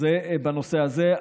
אז זה בנושא הזה.